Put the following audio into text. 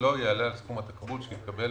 לא יעלה על סכום התקבול שיתקבל